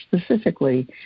specifically